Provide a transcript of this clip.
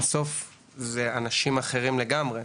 בסוף אלו אנשים אחרים לגמרי.